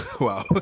Wow